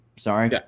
Sorry